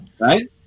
right